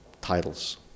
titles